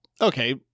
okay